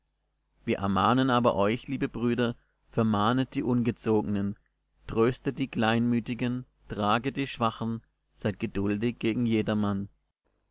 wir ermahnen aber euch liebe brüder vermahnet die ungezogenen tröstet die kleinmütigen traget die schwachen seid geduldig gegen jedermann